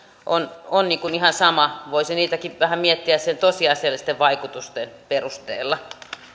on on ihan sama voisi niitäkin vähän miettiä tosiasiallisten vaikutusten perusteella